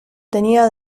tenía